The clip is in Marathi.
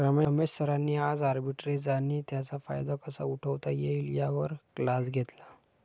रमेश सरांनी आज आर्बिट्रेज आणि त्याचा फायदा कसा उठवता येईल यावर क्लास घेतला